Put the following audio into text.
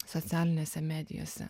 socialinėse medijose